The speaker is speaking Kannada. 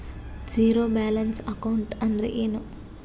ಝೀರೋ ಬ್ಯಾಲೆನ್ಸ್ ಅಕೌಂಟ್ ಅಂದ್ರ ಏನು?